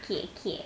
okay okay